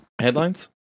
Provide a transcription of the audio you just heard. Headlines